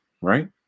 right